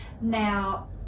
Now